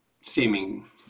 seeming